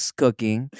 cooking